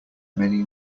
many